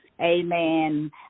Amen